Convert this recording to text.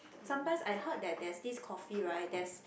sometimes I heard that there's this coffee right that's